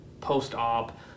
post-op